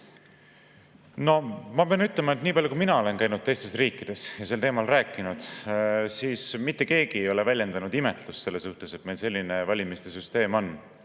on? Ma pean ütlema, et niipalju kui mina olen käinud teistes riikides ja sel teemal rääkinud, siis mitte keegi ei ole väljendanud imetlust selle suhtes, et meil on selline valimissüsteem või